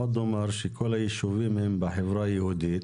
עוד אומר, שכל היישובים הם בחברה היהודית,